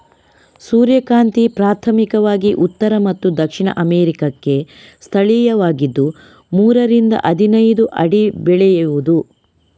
ಸೂರ್ಯಕಾಂತಿ ಪ್ರಾಥಮಿಕವಾಗಿ ಉತ್ತರ ಮತ್ತು ದಕ್ಷಿಣ ಅಮೇರಿಕಾಕ್ಕೆ ಸ್ಥಳೀಯವಾಗಿದ್ದು ಮೂರರಿಂದ ಹದಿನೈದು ಅಡಿ ಬೆಳೆಯುವುದು